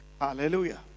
Hallelujah